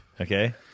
Okay